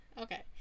okay